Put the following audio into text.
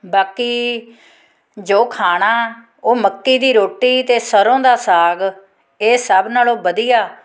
ਬਾਕੀ ਜੋ ਖਾਣਾ ਉਹ ਮੱਕੀ ਦੀ ਰੋਟੀ ਅਤੇ ਸਰ੍ਹੋਂ ਦਾ ਸਾਗ ਇਹ ਸਭ ਨਾਲੋਂ ਵਧੀਆ